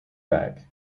back